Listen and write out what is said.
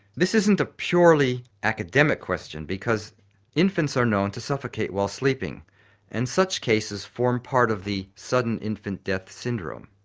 this isn't a purely academic question because infants are known to suffocate while sleeping and such cases form part of the sudden infant death syndrome.